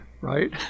right